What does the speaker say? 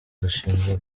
dushinzwe